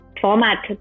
format